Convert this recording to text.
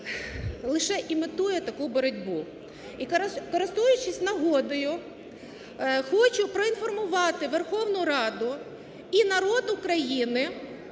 лише імітує таку боротьбу. І, користуючись нагодою, хочу проінформувати Верховну Раду і народ України,